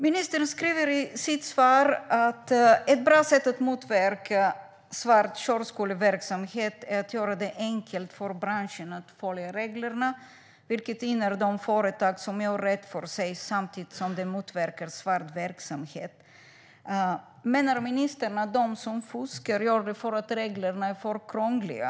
Ministern säger i sitt svar: Ett bra sätt att motverka svart körskoleverksamhet är att göra det enkelt för branschen att följa reglerna, vilket gynnar de företag som gör rätt för sig samtidigt som det motverkar svart verksamhet. Menar ministern att de som fuskar gör det för att reglerna är för krångliga?